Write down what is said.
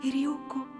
ir jauku